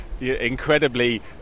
incredibly